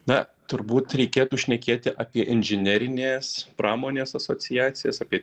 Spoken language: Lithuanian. na turbūt reikėtų šnekėti apie inžinerinės pramonės asociacijas apie